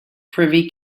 privy